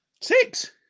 Six